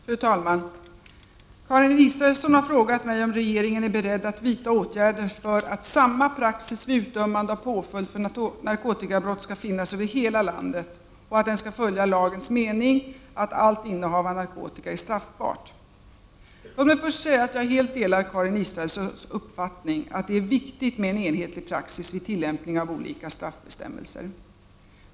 Fru talman! Karin Israelsson har frågat mig om regeringen är beredd att vidta åtgärder för att samma praxis vid utdömande av påföljd för narkotikabrott skall finnas över hela landet och att den skall följa lagens mening att allt innehav av narkotika är straffbart. Låt mig först säga att jag helt delar Karin Israelssons uppfattning att det är viktigt med en enhetlig praxis vid tillämpningen av olika straffbestämmelser.